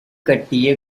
கட்டிய